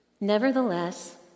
Nevertheless